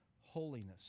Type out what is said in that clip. holiness